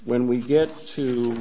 when we get to